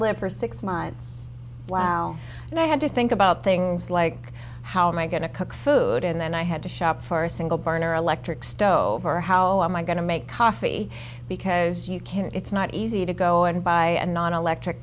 live for six months and i had to think about things like how am i going to cook food and then i had to shop for a single burner electric stove or how am i going to make coffee because you can't it's not easy to go and buy a non electric